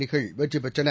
அணிகள் வெற்றிபெற்றன